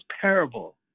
parable